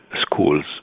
schools